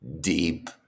deep